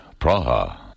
Praha